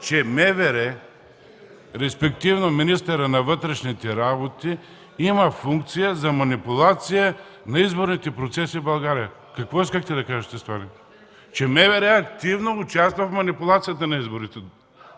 че МВР, респективно министърът на вътрешните работи, има функция за манипулация на изборните процеси в България. Какво искахте да кажете с това – че МВР активно участва в манипулациите на изборите